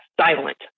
silent